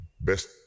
best